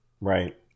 right